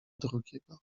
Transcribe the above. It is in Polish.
drugiego